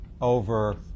over